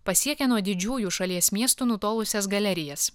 pasiekia nuo didžiųjų šalies miestų nutolusias galerijas